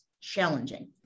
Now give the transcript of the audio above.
challenging